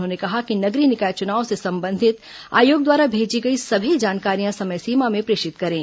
उन्होंने कहा कि नगरीय निकाय चुनाव से संबंधित आयोग द्वारा भेजी गई सभी जानकारियां समय सीमा में प्रेषित करें